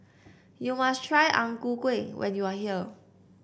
you must try Ang Ku Kueh when you are here